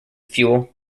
fuel